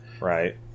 right